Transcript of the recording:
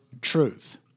truth